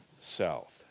south